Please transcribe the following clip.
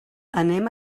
anem